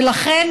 ולכן,